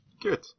Good